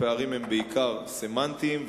הפערים הם בעיקר סמנטיים,